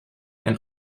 and